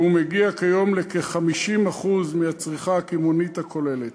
והוא מגיע כיום לכ-50% מהצריכה הקמעונית הכוללת.